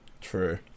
True